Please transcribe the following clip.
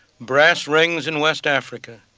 brass rings in west africa,